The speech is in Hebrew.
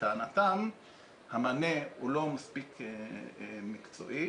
לטענתם המענה לא מספיק מקצועי.